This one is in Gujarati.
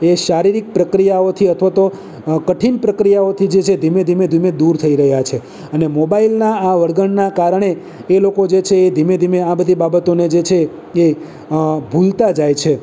એ શારીરિક પ્રક્રિયાઓથી અથવા તો કઠિન પ્રક્રિયાઓથી જે છે ધીમે ધીમે ધીમે દૂર થઈ રહ્યા છે અને મોબાઈલના આ વળગણના કારણે એ લોકો જે છે એ ધીમે ધીમે આ બધી બાબતોને જે છે એ ભૂલતા જાય છે